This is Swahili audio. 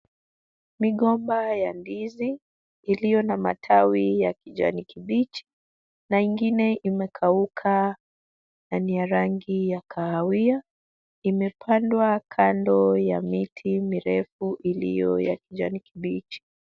Migomba ya ndizi iliyo na matawi ya kijani kibichi na ingine imekauka na ni ya rangi ya kahawia, imepandwa kando ya miti mirefu iliyo ya kijani kibichi.